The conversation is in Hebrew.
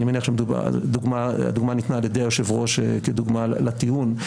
מניח שהדוגמה ניתנה על ידי היושב-ראש כדוגמה לטיעון.